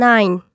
Nine